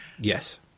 Yes